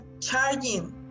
charging